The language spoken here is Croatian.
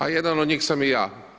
A jedan od njih sam i ja.